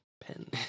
pen